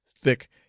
thick